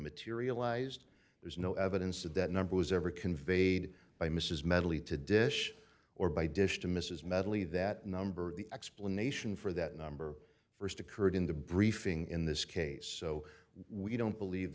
materialized there's no evidence of that number was ever conveyed by mrs medley to dish or by dish to mrs medley that number the explanation for that number st occurred in the briefing in this case so we don't believe